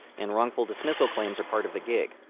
and wrongful dismissal claims are part of the gig.